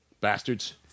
Bastards